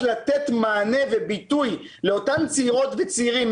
לתת מענה וביטוי לאותן צעירות וצעירים,